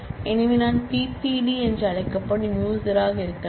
எனவே நான் பிபிடி என்று அழைக்கப்படும் யூசராக இருக்கலாம்